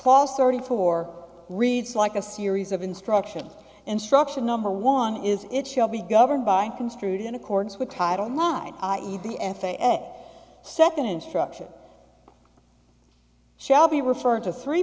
false thirty four reads like a series of instruction instruction number one is it shall be governed by construed in accordance with title mind i e the f a ed second instruction shall be referred to three